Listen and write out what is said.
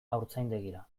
haurtzaindegira